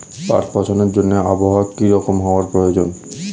পাট পচানোর জন্য আবহাওয়া কী রকম হওয়ার প্রয়োজন?